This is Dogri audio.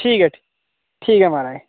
ठीक ऐ ठीक ऐ महाराज